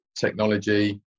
technology